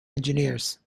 engineers